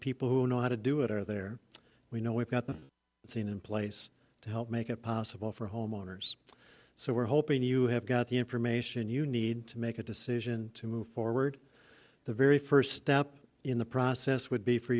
people who know how to do it are there we know we've got the scene in place to help make it possible for homeowners so we're hoping you have got the information you need to make a decision to move forward the very first step in the process would be for